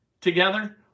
together